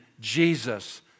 Jesus